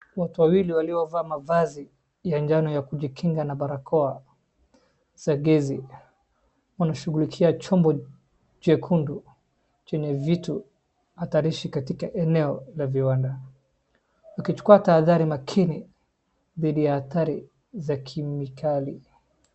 Watu wawili waliovaa mavazi ya njano ya kujikinga na barakoa za gesi wanashughulikia chombo jekundu chenye vitu hatarishi katika eneo la viwanda akichukua tahadhari makini dhidi ya athari za kemikali.